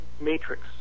matrix